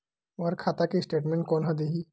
मोर खाता के स्टेटमेंट कोन ह देही?